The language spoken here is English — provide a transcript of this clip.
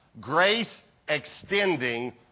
grace-extending